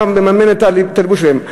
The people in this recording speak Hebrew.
אתה מממן את הלבוש שלהם?